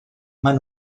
maen